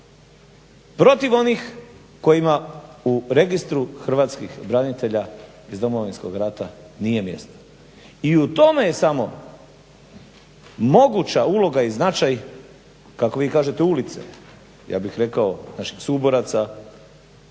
protiv onih kojima u Registru hrvatskih branitelja iz Domovinskog rata nije mjesto i u tome je samo moguća uloga i značaj kako vi kažete ulice, ja bih rekao naših suboraca,